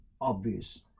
obvious